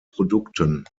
produkten